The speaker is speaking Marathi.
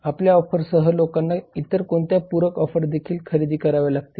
आपल्या ऑफरसह लोकांना इतर कोणत्या पूरक ऑफर देखील खरेदी कराव्या लागतील